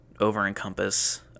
over-encompass